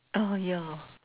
ah yeah